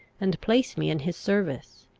and place me in his service.